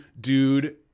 dude